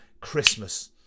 Christmas